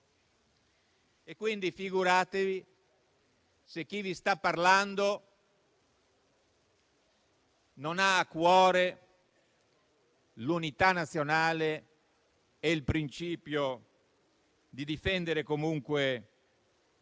quindi, se chi vi sta parlando non ha a cuore l'unità nazionale e il principio di difendere comunque